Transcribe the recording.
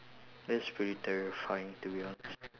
that's pretty terrifying to be honest